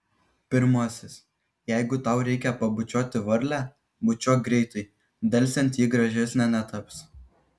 pirmasis jeigu tau reikia pabučiuoti varlę bučiuok greitai delsiant ji gražesnė netaps